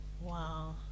Wow